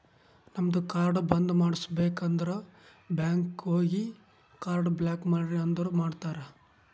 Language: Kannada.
ನಮ್ದು ಕಾರ್ಡ್ ಬಂದ್ ಮಾಡುಸ್ಬೇಕ್ ಅಂದುರ್ ಬ್ಯಾಂಕ್ ಹೋಗಿ ಕಾರ್ಡ್ ಬ್ಲಾಕ್ ಮಾಡ್ರಿ ಅಂದುರ್ ಮಾಡ್ತಾರ್